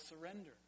surrender